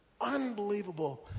unbelievable